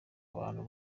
abantu